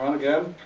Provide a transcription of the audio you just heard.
um again.